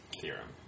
theorem